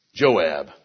Joab